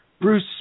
Bruce